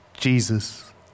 Jesus